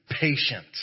patient